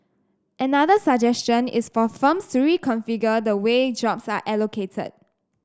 another suggestion is for firms three configure the way jobs are allocated